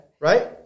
Right